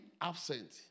absent